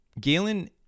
Galen